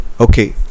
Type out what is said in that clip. Okay